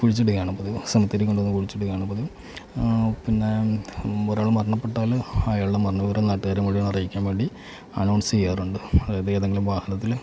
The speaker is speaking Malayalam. കുഴുച്ചിടുകയാണ് പതിവ് സെമിത്തേരിയിൽ കൊണ്ടു വന്നു കുഴിച്ചിടുകയാണ് പതിവ് പിന്നേ ഒരാൾ മരണപ്പെട്ടാൽ അയാളുടെ മരണവിവരം നാട്ടുക്കാരെ മുഴുവൻ അറിയിക്കാൻ വേണ്ടി അന്നൗൺസ് ചെയ്യാറുണ്ട് അത് ഏതെങ്കിലും വാഹനത്തിൽ